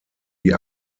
die